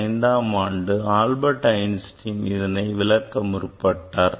1905ஆம் ஆண்டு Albert Einstein இதனை விளக்க முற்பட்டார்